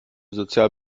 sozial